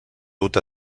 dut